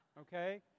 okay